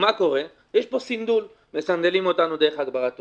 יש פה סינדול, מסנדלים אותנו דרך הגברה ותאורה,